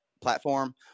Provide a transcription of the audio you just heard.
platform